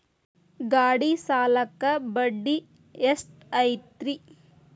ಗಾಡಿ ಸಾಲಕ್ಕ ಬಡ್ಡಿ ಎಷ್ಟೈತ್ರಿ?